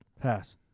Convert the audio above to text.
Pass